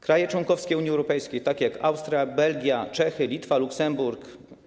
Kraje członkowskie Unii Europejskiej, takie jak: Austria, Belgia, Czechy, Litwa, Luksemburg,